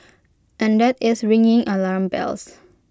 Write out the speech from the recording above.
and that is ringing alarm bells